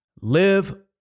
Live